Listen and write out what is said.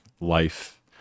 life